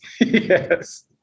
Yes